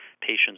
patients